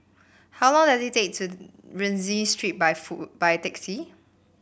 how long does it take to Rienzi Street by by taxi